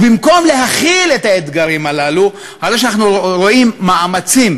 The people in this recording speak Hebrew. ובמקום להכיל את האתגרים הללו, אנחנו רואים מאמצים